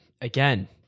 again